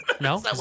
No